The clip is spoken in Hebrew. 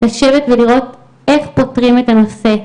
לשבת ולראות איך פותרים את הנושא,